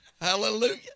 Hallelujah